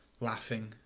laughing